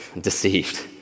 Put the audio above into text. deceived